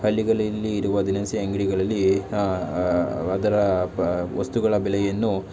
ಹಳ್ಳಿಗಳಲ್ಲಿ ಇರುವ ದಿನಸಿ ಅಂಗಡಿಗಳಲ್ಲಿ ಅದರ ವ ವಸ್ತುಗಳ ಬೆಲೆಯನ್ನು